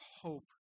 hope